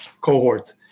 cohort